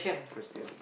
Christian